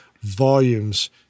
volumes